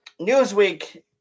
Newsweek